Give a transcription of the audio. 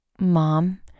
Mom